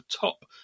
top